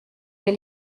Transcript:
les